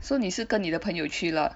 so 你是跟你的朋友去 lah